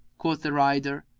quoth the rider,